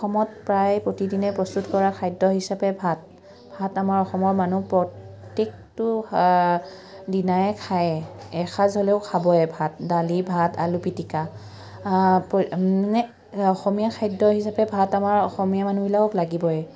অসমত প্ৰায় প্ৰতিদিনে প্ৰস্তুত কৰা খাদ্য হিচাপে ভাত ভাত আমাৰ অসমৰ মানুহ প্ৰত্যেকটো দিনাই খায় এসাঁজ হ'লেও খাবই ভাত দালি ভাত আলু পিটিকা মানে অসমীয়া খাদ্য হিচাপে ভাত আমাৰ অসমীয়া মানুহবিলাকক লাগিবই